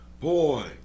Boy